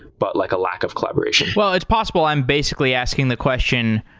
but like a lack of collaboration. well, it's possible. i'm basically asking the question,